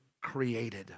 created